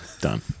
Done